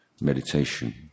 meditation